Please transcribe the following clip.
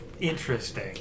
interesting